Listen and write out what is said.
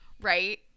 right